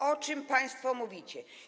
O czym państwo mówicie?